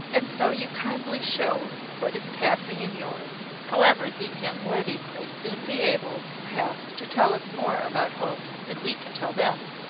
and so you kindly show what is passing in yours. however, these young ladies may soon be able, perhaps, to tell us more about hope than we can tell them.